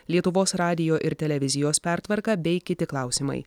lietuvos radijo ir televizijos pertvarka bei kiti klausimai